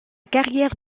carrière